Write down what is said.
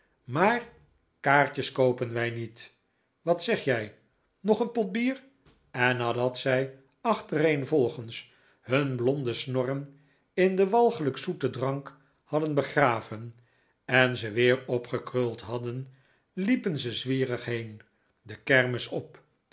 maar kaartjes koopen wij niet wat zeg jij nog een pot bier en nadat zij achtereenvolgens hun blonde snorren in den walgelijk zoeten drank hadden begraven en ze weer opgekruld hadden liepen ze zwierig heen de kermis op